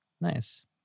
Nice